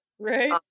Right